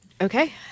Okay